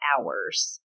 hours